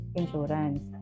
insurance